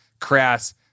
crass